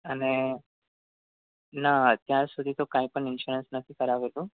અને ના અત્યાર સુધી તો કાંઈપણ ઇન્સ્યોરન્સ નથી કરાવેલો